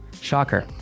Shocker